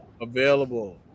available